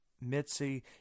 Mitzi